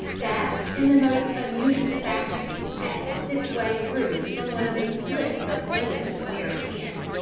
that, in the most unusual fashion, had forced its way through from one of the slits of windows near at hand.